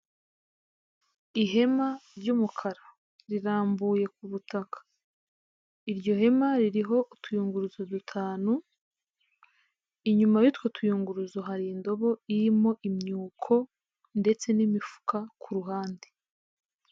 Ihema ry'umukara rirambuye ku butaka iryo hema ririho utuyungurutso dutanu inyuma y'utwo tuyunguruzo hari indobo irimo imyuko ndetse n'imifuka ku ruhande.